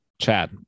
Chad